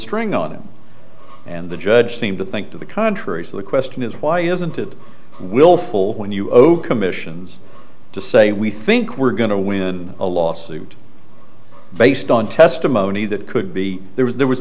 string on him and the judge seemed to think to the contrary so the question is why isn't it willful when you over commissions to say we think we're going to win a lawsuit based on testimony that could be there was there was